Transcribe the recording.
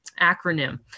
acronym